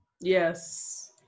Yes